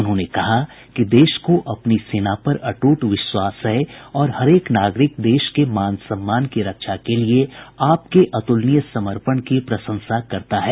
उन्होंने कहा कि देश को अपनी सेना पर अटूट विश्वास है और हरेक नागरिक देश के मान सम्मान की रक्षा के लिए आपके अतुलनीय समर्पण की प्रशंसा करता है